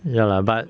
ya lah but